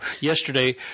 Yesterday